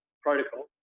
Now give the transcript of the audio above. protocol